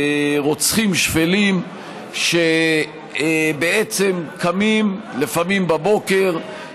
רוצחים שפלים, שבעצם קמים, לפעמים בבוקר,